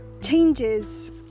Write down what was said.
changes